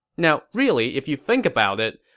now really, if you think about it,